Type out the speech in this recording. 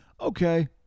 Okay